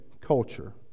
culture